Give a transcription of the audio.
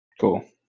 Cool